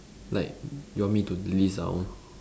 like you want me to list down